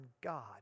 God